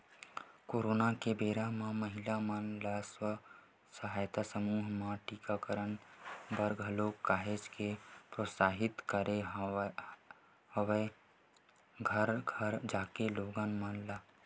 corona के बेरा म महिला मन के स्व सहायता समूह ह टीकाकरन बर घलोक काहेच के प्रोत्साहित करे हवय घरो घर जाके लोगन मन ल